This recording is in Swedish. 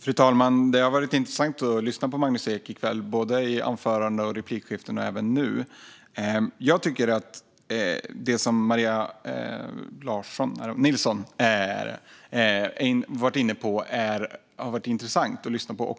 Fru talman! Det har varit intressant att lyssna på Magnus Ek i kväll, både i anföranden och i replikskiften - även nu. Jag tycker att det som Maria Nilsson har varit inne på också har varit intressant att lyssna på.